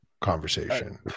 conversation